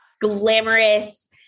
glamorous